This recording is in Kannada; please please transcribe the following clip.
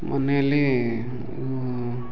ಮನೆಲಿ ಇವು